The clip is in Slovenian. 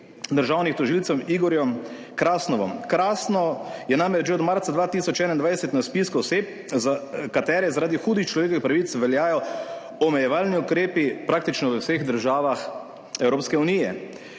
državnih tožilcev Igorjem Krasnovom. Krasnov je namreč že od marca 2021 na spisku oseb, za katere zaradi hudih [kršitev] človekovih pravic veljajo omejevalni ukrepi praktično v vseh državah Evropske unije.